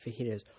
fajitas